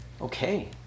Okay